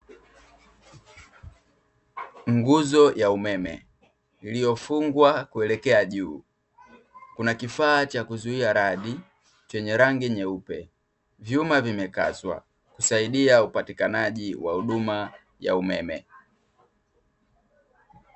Nguzo ya umeme iliyofungwa kuelekea juu, kuna kifaa cha kuzuia radi chenye rangi nyeupe. Vyuma vimekazwa kusaidia upatikanaji wa huduma ya umeme.